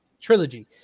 trilogy